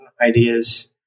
ideas